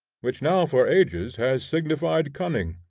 which now for ages has signified cunning,